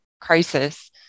crisis